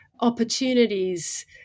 opportunities